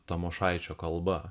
tamošaičio kalba